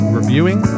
reviewing